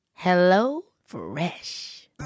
HelloFresh